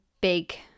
big